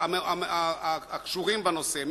הקשורים בנושא,